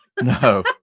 No